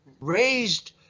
raised